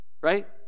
right